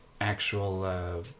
actual